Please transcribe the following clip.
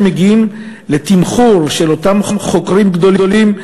כשמגיעים לתמחור של אותם חוקרים גדולים,